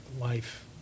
life